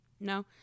No